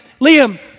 Liam